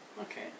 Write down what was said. Okay